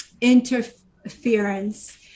interference